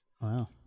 Wow